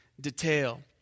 detail